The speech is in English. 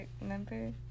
remember